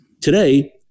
Today